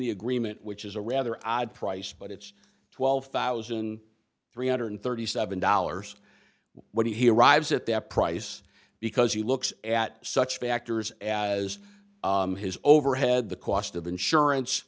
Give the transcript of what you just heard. the agreement which is a rather odd price but it's twelve thousand and three one hundred and thirty seven dollars when he arrives at that price because he looks at such factors as his overhead the cost of insurance